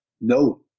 no